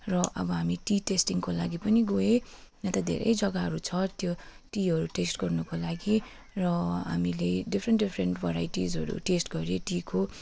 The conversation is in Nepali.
र अब हामी टी टेस्टिङको लागि पनि गएँ अन्त धेरै जग्गाहरू छ त्यो टीहरू टेस्ट गर्नुको लागि र हामीले डिफ्रेन्ट डिफ्रेन्ट भेराइटिजहरू टेस्ट गरेँ टीको